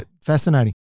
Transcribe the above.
Fascinating